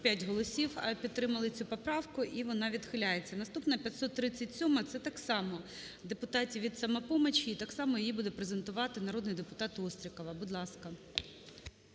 45 голосів підтримали цю поправку, і вона відхиляється. Наступна 537-а, це так само депутатів від "Самопомочі", і так само її буде презентувати народний депутатОстрікова. Будь ласка.